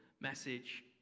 message